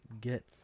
get